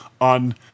on